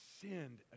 sinned